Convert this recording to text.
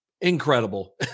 incredible